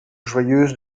joyeuse